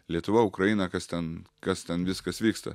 lietuva ukraina kas ten kas ten viskas vyksta